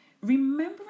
remembering